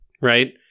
right